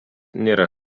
nėra